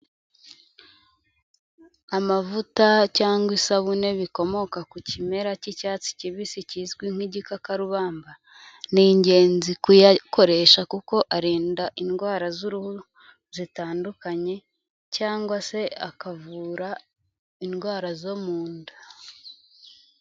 Amavuta cyangwa isabune bikomoka ku kimera k'icyatsi kibisi kizwi nk'igikakarubamba, ni ingenzi kuyakoresha kuko arinda indwara z'uruhu zitandukanye cyangwa se akavura indwara zo mu nda.